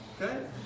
Okay